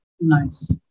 Nice